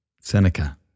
Seneca